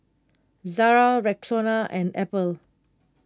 Zara Rexona and Apple